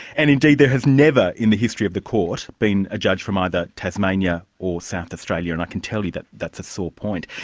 and indeed there has never, in the history of the court, been a judge from either tasmania or south australia, and i can tell you that that's a sore point.